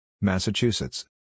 Massachusetts